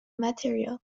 material